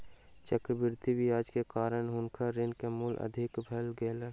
चक्रवृद्धि ब्याज के कारण हुनकर ऋण के मूल अधिक भ गेलैन